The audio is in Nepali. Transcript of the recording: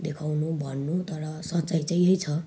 देखाउनु भन्नु तर साँच्चै चाहिँ यही छ